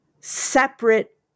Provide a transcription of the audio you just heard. separate